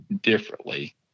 differently